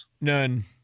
None